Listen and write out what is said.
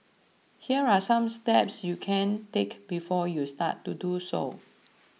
here are some steps you can take before you start to do so